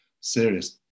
serious